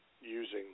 using